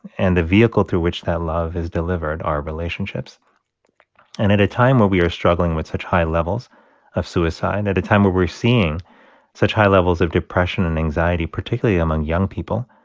and the vehicle through which that love is delivered are relationships and at a time where we are struggling with such high levels of suicide, at a time where we're seeing such high levels of depression and anxiety, particularly among young people,